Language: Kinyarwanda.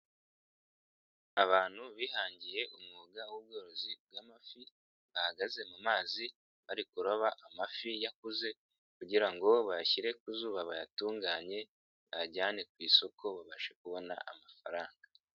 Abantu bihangiye umwuga w'ubworozi bw'amafi, bagaze mu mazi bari kuroba amafi yakuze kugira ngo bayashyire ku zuba bayatunganye, bayajyane ku isoko babashe kubona amafaranga.